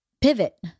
pivot